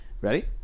Ready